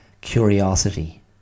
curiosity